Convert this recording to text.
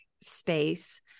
space